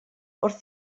wrth